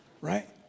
Right